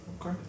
Okay